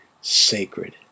sacred